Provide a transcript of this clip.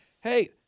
Hey